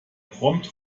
prompt